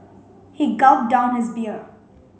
he gulped down his beer